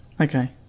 Okay